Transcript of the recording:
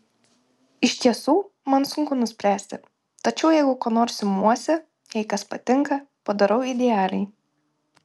iš tiesų man sunku nuspręsti tačiau jeigu ko nors imuosi jei kas patinka padarau idealiai